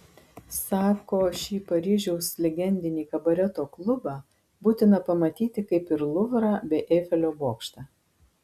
sako šį paryžiaus legendinį kabareto klubą būtina pamatyti kaip ir luvrą bei eifelio bokštą